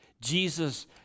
Jesus